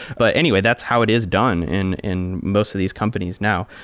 but anyway, that's how it is done in in most of these companies now.